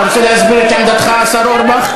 אתה רוצה להסביר את עמדתך, השר אורבך?